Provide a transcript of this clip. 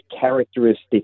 characteristic